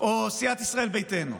או סיעת ישראל ביתנו.